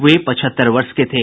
वे पचहत्तर वर्ष के थे